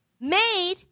made